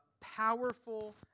powerful